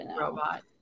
robot